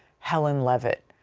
helen levitt,